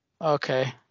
Okay